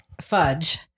fudge